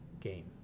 game